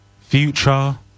future